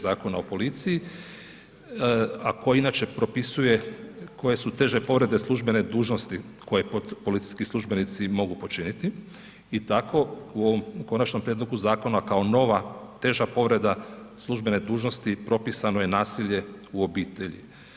Zakona o policiji, a koja inače propisuje koje su teže povrede službene dužnosti koje policijski službenici mogu počiniti i tako u ovom konačnom prijedlogu zakona kao nova teža povreda službene dužnosti, propisano je nasilje u obitelji.